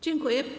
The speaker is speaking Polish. Dziękuję.